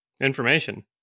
Information